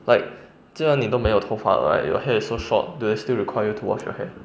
like 竟然你都没有头发 right your hair is so short do they still require to wash your hair